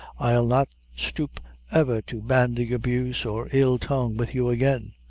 i'll not stoop ever to bandy abuse or ill tongue with you again.